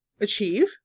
achieve